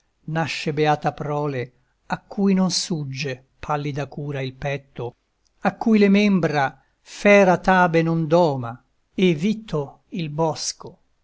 nasce beata prole a cui non sugge pallida cura il petto a cui le membra fera tabe non doma e vitto il bosco